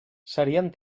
serien